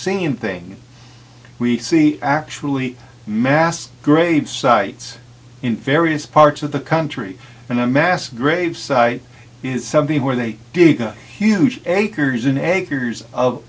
seeing thing we see actually mass grave sites in various parts of the country and a mass grave site is something where they dig a huge acres in eggers of